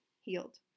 healed